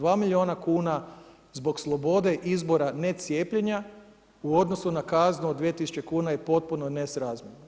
2 milijuna kuna zbog slobode izbora ne cijepljenja u odnosu na kaznu od 2 tisuće kuna je potpuno nesrazmjerno.